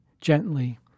gently